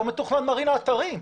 לא מתוכננת מרינה אתרים.